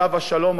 עליו השלום,